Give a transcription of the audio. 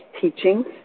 teachings